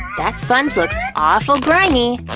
that sponge looks awful grimy.